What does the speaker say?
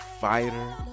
fighter